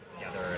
Together